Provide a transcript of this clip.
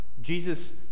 Jesus